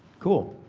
cool.